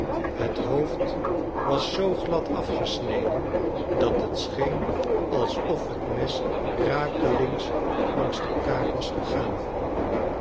het hoofd was zoo glad afgesneden dat het scheen alsof het mes rakelings langs de kaak was gegaan